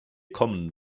kommen